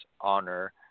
honor